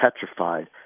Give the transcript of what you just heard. petrified